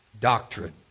doctrine